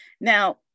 Now